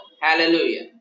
Hallelujah